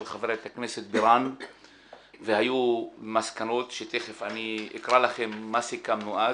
חברת הכנסת בירן והיו מסקנות שתיכף אני אקרא לכם מה סיכמנו אז.